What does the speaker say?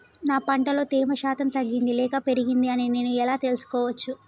నా పంట లో తేమ శాతం తగ్గింది లేక పెరిగింది అని నేను ఎలా తెలుసుకోవచ్చు?